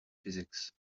physics